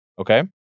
okay